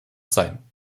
sein